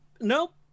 Nope